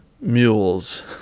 mules